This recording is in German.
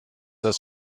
das